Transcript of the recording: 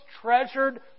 treasured